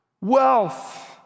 wealth